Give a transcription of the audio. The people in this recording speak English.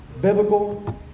biblical